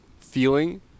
feeling